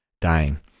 dying